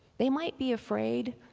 they might be afraid,